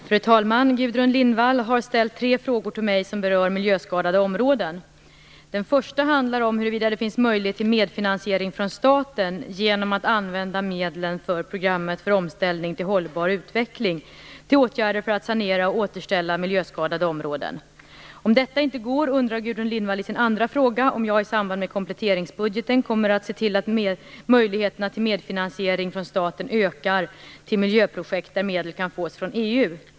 Fru talman! Gudrun Lindvall har ställt tre frågor till mig som berör miljöskadade områden. Den första frågan handlar om huruvida det finns möjlighet till medfinansiering från staten genom att använda medlen för programmet för omställning till en hållbar utveckling till åtgärder för att sanera och återställa miljöskadade områden. Om detta inte går undrar Gudrun Lindvall i sin andra fråga om jag i samband med kompletteringsbudgeten kommer att se till att möjligheterna till medfinansiering från staten ökar till miljöprojekt där medel kan fås från EU.